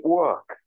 work